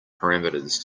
parameters